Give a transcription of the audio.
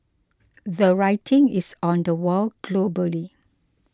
the writing is on the wall globally